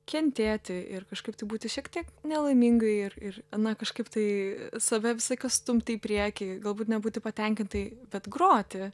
kentėti ir kažkaip tai būti šiek tiek nelaimingai ir ir na kažkaip tai save visą laiką stumti į priekį galbūt nebūti patenkintai bet groti